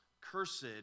cursed